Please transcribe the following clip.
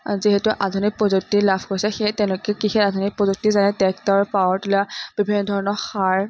যিহেতু আধুনিক প্ৰযুক্তি লাভ কৰিছে সেই তেওঁলোকে কৃষি আধুনিক প্ৰযুক্তি যেনে টেক্টৰ পাৱাৰ তিলাৰ বিভিন্ন ধৰণৰ সাৰ